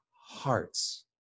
hearts